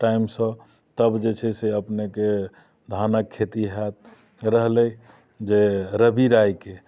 टाइमसँ तब जे छै से अपनेके धानक खेती होयत रहलै जे रब्बी राइके